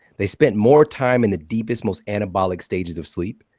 they spent more time in the deepest, most anabolic stages of sleep,